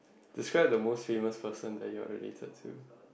describe the most famous person that you are really heard to